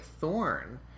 thorn